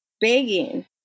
begging